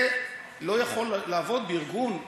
זה לא יכול לעבוד בארגון,